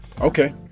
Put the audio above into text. Okay